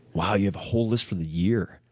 wow, you have a whole list for the year?